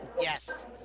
Yes